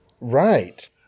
Right